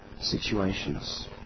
situations